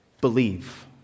believe